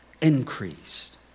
increased